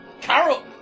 Carol